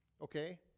Okay